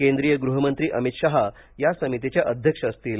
केंद्रीय गृहमंत्री अमित शहा या समितीचे अध्यक्ष असतील